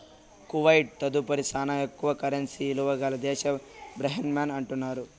Kuwait తదుపరి శానా ఎక్కువ కరెన్సీ ఇలువ గల దేశం బహ్రెయిన్ అంటున్నారు